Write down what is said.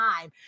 time